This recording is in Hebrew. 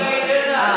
לא אני.